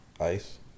Ice